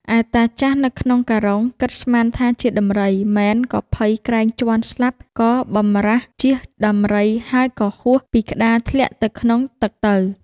ឯតាចាស់នៅក្នុងការុងគិតស្មានថាជាដំរីមែនក៏ភ័យក្រែងជាន់ស្លាប់ក៏បម្រាសជៀសដំរី ហើយក៏ហួសពីក្តារធ្លាក់ទៅក្នុងទឹកទៅ។